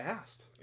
asked